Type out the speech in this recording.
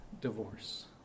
divorce